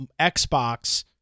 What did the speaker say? Xbox